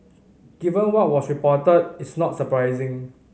given what was reported it's not surprising